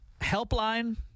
helpline